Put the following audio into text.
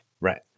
Right